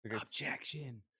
Objection